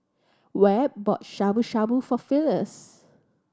Webb bought Shabu Shabu for Phyliss